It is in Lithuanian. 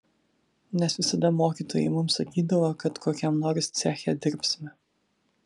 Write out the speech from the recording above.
nes visada mokytojai mums sakydavo kad kokiam nors ceche dirbsime